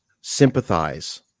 sympathize